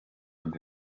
ngo